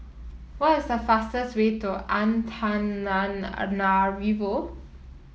what is the fastest way to Antananarivo